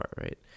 right